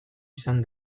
izan